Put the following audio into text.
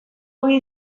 ogi